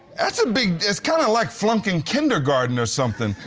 that's a big it's kind of like flunking kindergarten or something,